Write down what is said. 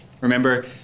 Remember